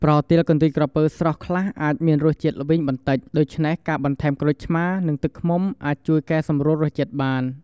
ប្រទាលកន្ទុយក្រពើស្រស់ខ្លះអាចមានរសជាតិល្វីងបន្តិច ដូច្នេះការបន្ថែមក្រូចឆ្មារ និងទឹកឃ្មុំអាចជួយកែសម្រួលរសជាតិបាន។